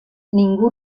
ningú